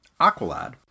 Aqualad